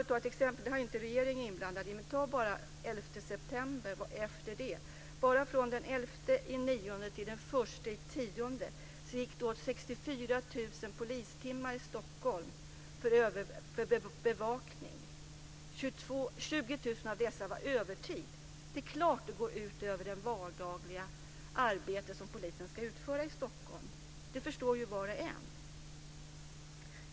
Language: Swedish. Som exempel kan jag nämna att det från den 11 september till den 1 oktober gick åt 64 000 polistimmar i Stockholm för bevakning. Det var inte regeringen inblandad i. Av dessa timmar var 20 000 övertid. Det är klart att det går ut över det vardagliga arbete som polisen ska utföra i Stockholm. Det förstår var och en.